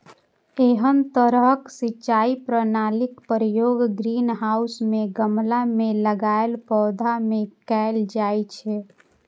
एहन तरहक सिंचाई प्रणालीक प्रयोग ग्रीनहाउस मे गमला मे लगाएल पौधा मे कैल जाइ छै